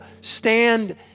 Stand